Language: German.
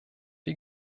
wie